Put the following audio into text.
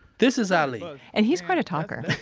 this is ah aly and he's quite a talker.